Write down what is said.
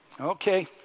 Okay